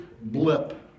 blip